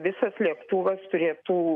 visas lėktuvas turėtų